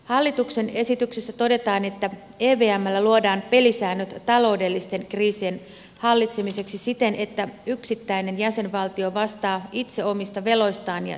hallituksen esityksessä todetaan että evmllä luodaan pelisäännöt taloudellisten kriisien hallitsemiseksi siten että yksittäinen jäsenvaltio vastaa itse omista veloistaan ja sitoumuksistaan